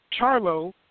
Charlo